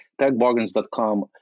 techbargains.com